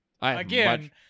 Again